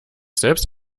selbst